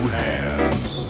hands